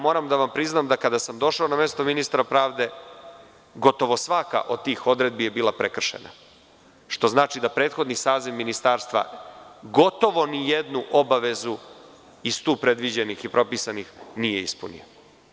Moram da vam priznam da kada sam došao na mesto ministra pravde gotovo svaka od tih odredbi je bila prekršena, što znači da prethodni saziv Ministarstva gotovo ni jednu obavezu iz tu predviđenih i propisanih nije ispunio.